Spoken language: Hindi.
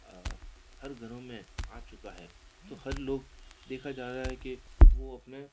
हर घरों में आ चुका है तो हर लोग देखा जा रहा है कि वह अपने